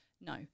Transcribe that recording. No